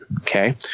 okay